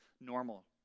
normal